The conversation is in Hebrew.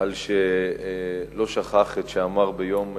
על שלא שכח את שאמר ביום חתונתו,